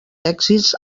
èxits